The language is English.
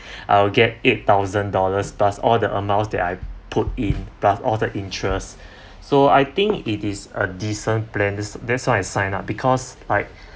I'll get eight thousand dollars plus all the amount that I put in plus all the interest so I think it is a decent plan that's why I signed up because like